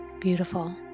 Beautiful